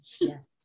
Yes